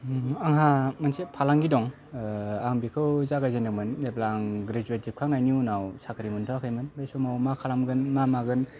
आंहा मोनसे फालांगि दं ओ आं बेखौ जागायजेनदोंमोन जेब्ला आं ग्रेजुयेत जोबखांनायनि उनाव साख्रि मोनथआखैमोन बै समाव मा खालामगोन मा मागोन